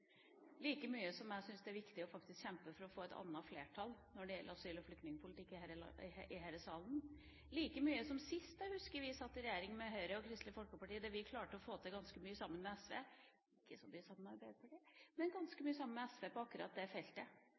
like mye som jeg syns det er viktig faktisk å kjempe for å få et annet flertall når det gjelder asyl- og flyktningpolitikken, i denne salen, like mye som at jeg husker at sist vi satt i regjering med Høyre og Kristelig Folkeparti, klarte vi å få til ganske mye sammen med SV – ikke så mye sammen med Arbeiderpartiet – på akkurat det feltet.